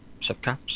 subcaps